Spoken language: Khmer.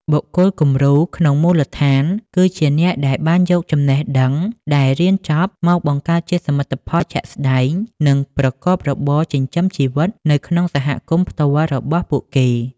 បុគ្គលគំរូក្នុងមូលដ្ឋាន គឺជាអ្នកដែលបានយកចំណេះដឹងដែលរៀនចប់ មកបង្កើតជាសមិទ្ធផលជាក់ស្ដែង និងប្រកបរបរចិញ្ចឹមជីវិតនៅក្នុងសហគមន៍ផ្ទាល់របស់ពួកគេ។